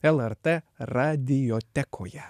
lrt radiotekoje